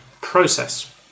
process